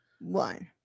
one